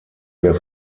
der